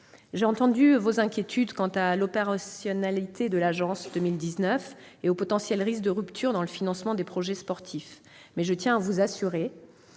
J'ai entendu vos inquiétudes quant à l'opérationnalité de l'agence en 2019 et aux potentiels risques de rupture dans le financement des projets sportifs. Je tiens à vous rassurer.